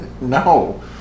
No